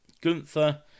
Gunther